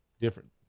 different